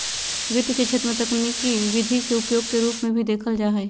वित्त के क्षेत्र में तकनीकी विधि के उपयोग के रूप में भी देखल जा हइ